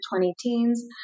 20-teens